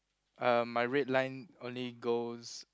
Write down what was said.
uh my red line only goes